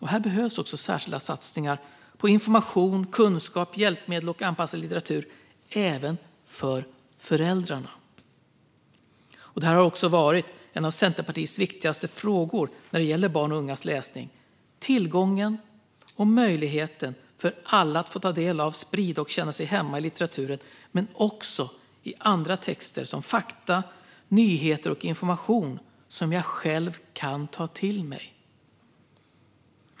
Här behövs också särskilda satsningar på information, kunskap, hjälpmedel och anpassad litteratur även för föräldrarna. Detta har också varit en av Centerpartiets viktigaste frågor när det gäller barns och ungas läsning. Det handlar om tillgången och möjligheten för alla att få ta del av, sprida och känna sig hemma i litteraturen men också i andra texter, som fakta, nyheter och information som de själva kan ta till sig.